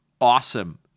awesome